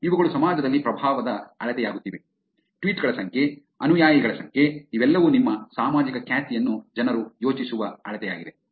ಇವುಗಳು ಸಮಾಜದಲ್ಲಿ ಪ್ರಭಾವದ ಅಳತೆಯಾಗುತ್ತಿವೆ ಟ್ವೀಟ್ ಗಳ ಸಂಖ್ಯೆ ಅನುಯಾಯಿಗಳ ಸಂಖ್ಯೆ ಇವೆಲ್ಲವೂ ನಿಮ್ಮ ಸಾಮಾಜಿಕ ಖ್ಯಾತಿಯನ್ನು ಜನರು ಯೋಚಿಸುವ ಅಳತೆಯಾಗಿದೆ